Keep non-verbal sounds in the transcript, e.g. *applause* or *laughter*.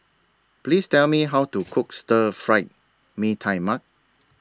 Please Tell Me How to *noise* Cook Stir Fried Mee Tai Mak